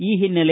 ಈ ಹಿನ್ನೆಲೆ